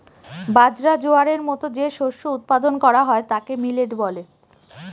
বাজরা, জোয়ারের মতো যে শস্য উৎপাদন করা হয় তাকে মিলেট বলে